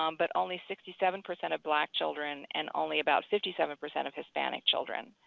um but only sixty seven percent of black children and only about fifty seven percent of hispanic children.